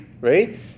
right